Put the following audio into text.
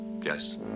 Yes